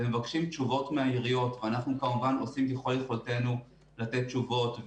ומבקשים מהן תשובות ואנחנו עושים ככל יכולתנו לתת תשובות,